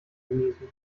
genießen